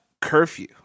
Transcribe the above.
curfew